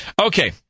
Okay